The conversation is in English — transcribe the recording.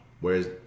Whereas